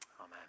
Amen